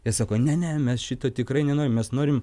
ir sako ne ne mes šito tikrai nenorim mes norim